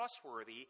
trustworthy